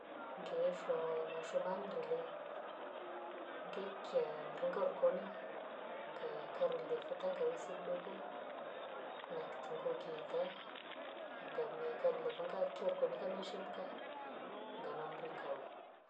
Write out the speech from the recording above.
Ngeshwa mashona mrire. ngekya mringa horikoni ngakarikir futa ngawisa kidogo na kitungu kitaa ngame karure vunga kiarikoni kameshemka ngamamringa woo.